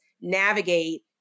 navigate